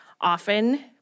often